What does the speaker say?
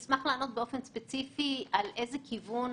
המסקנה שלנו הייתה שאין לנו אינדיקציות לתיאום בין הבנקים.